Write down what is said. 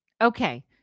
Okay